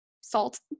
salt